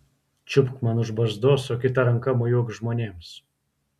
čiupk man už barzdos o kita ranka mojuok žmonėms